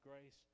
grace